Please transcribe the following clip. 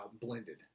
Blended